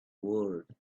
world